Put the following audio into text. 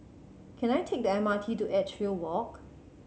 can I take the M R T to Edgefield Walk